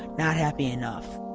not happy enough.